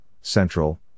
Central